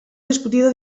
discutido